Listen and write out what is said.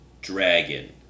dragon